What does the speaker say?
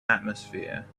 atmosphere